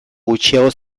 gutxiago